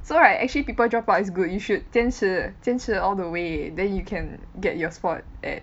so right actually people drop out it's good you should 坚持坚持 all the way then you can get your spot at